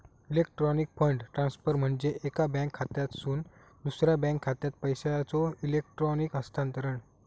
electronic fund transfer म्हणजे एका bank खात्यातसून दुसरा बँक खात्यात पैशांचो इलेक्ट्रॉनिक हस्तांतरण